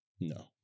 No